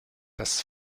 das